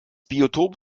biotop